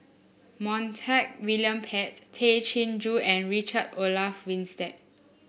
Montague William Pett Tay Chin Joo and Richard Olaf Winstedt